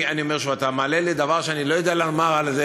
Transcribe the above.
אני אומר שוב: אתה מעלה בפני דבר שאני לא יודע מה לומר עליו.